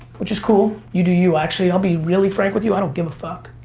which is cool, you do you, actually i'll be really frank with you, i don't give a fuck.